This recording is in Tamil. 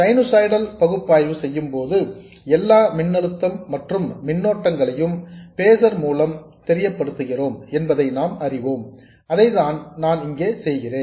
சைனுசாய்டல் பகுப்பாய்வு செய்யும் போது எல்லா மின்னழுத்தம் மற்றும் மின்னோட்டங்களையும் பேசர் மூலம் தெரியப்படுத்துகிறோம் என்பதை நாம் அறிவோம் அதைத்தான் இங்கே நான் செய்கிறேன்